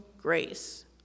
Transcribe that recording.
grace